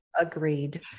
agreed